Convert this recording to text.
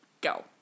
go